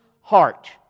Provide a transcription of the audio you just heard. heart